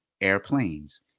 airplanes